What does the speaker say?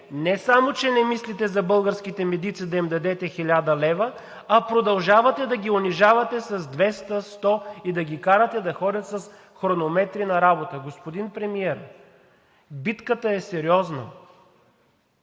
не само че не мислите за българските медици да им дадете 1000 лв., а продължавате да ги унижавате с 200, 100 и да ги карате да ходят с хронометри на работа. Господин Премиер, битката е сериозна,